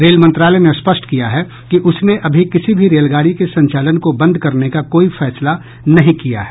rail मंत्रालय ने स्पष्ट किया है कि उसने अभी किसी भी रेलगाड़ी के संचालन को बंद करने का कोई फैसला नहीं किया है